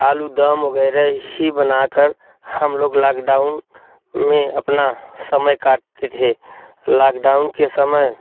आलू दम वगैरह ही बना कर हम लोग लाकडाउन में अपना समय काटते थे लाकडाउन के समय